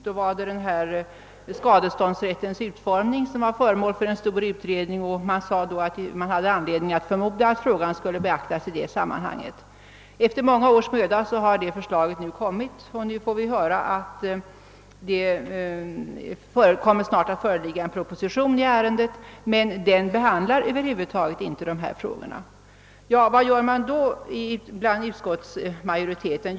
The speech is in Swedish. Detta besked gavs när skadeståndsrättens utformning var föremål för en stor utredning och det sades då att man hade anledning förmoda att frågan skulle beaktas i det sammanhanget. Efter många års möda har förslag beträffande denna lagstiftning lagts fram och nu får vi höra att en proposition i ärendet snart kommer att föreligga. Men den propositionen behandlar över huvud taget inte de nu aktuella frågorna. Vad gör då utskottsmajoriteten?